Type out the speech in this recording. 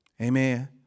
Amen